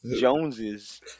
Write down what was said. Joneses